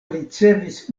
ricevis